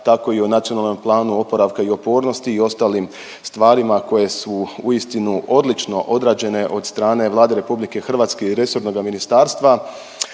tako i o Nacionalnom planu oporavka i otpornosti i ostalim stvarima koje su uistinu odlično odrađene od strane Vlade RH i resornoga ministarstva